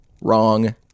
Wrong